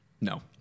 No